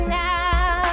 now